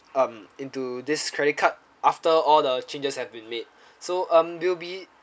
um into this credit card after all the changes have been made so um you'll be